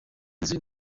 nzu